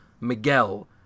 Miguel